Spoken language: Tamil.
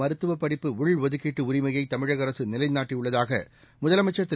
மருத்துவப் படிப்பு உள்ஒதுக்கீட்டு உரிமையை தமிழக அரசு நிலைநாட்டியுள்ளதாக முதலமைச்சர் திரு